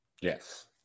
Yes